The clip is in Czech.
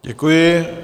Děkuji.